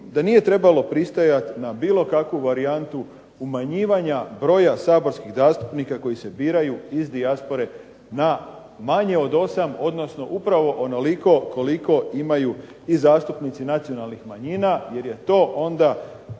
da nije trebalo pristajat na bilo kakvu varijantu umanjivanja broja saborskih zastupnika koji se biraju iz dijaspore na manje od 8 odnosno upravo onoliko koliko imaju i zastupnici nacionalnih manjina jer to onda